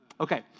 Okay